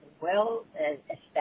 well-established